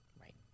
Right